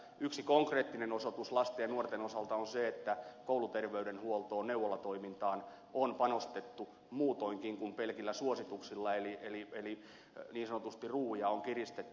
yksi konkreettinen osoitus lasten ja nuorten osalta on se että kouluterveydenhuoltoon neuvolatoimintaan on panostettu muutoinkin kuin pelkillä suosituksilla eli ruuvia on niin sanotusti kiristetty